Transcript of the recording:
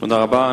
תודה רבה.